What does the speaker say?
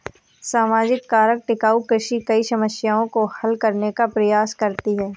सामाजिक कारक टिकाऊ कृषि कई समस्याओं को हल करने का प्रयास करती है